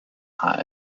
hot